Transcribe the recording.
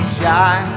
shy